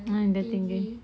ah dia tinggi